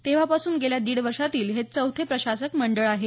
तेव्हापासून गेल्या दीड वर्षातील हे चौथे प्रशासक मंडळ आहे